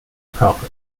progress